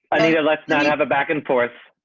later, let's not have a back and forth.